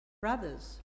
Brothers